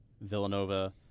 Villanova